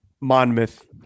Monmouth